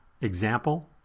Example